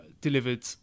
delivered